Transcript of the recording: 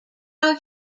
how